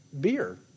beer